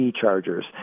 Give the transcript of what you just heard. chargers